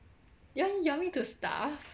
then you want me to starve